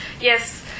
Yes